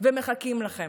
ומחכים לכם.